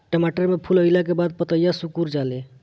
टमाटर में फूल अईला के बाद पतईया सुकुर जाले?